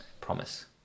promise